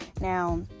Now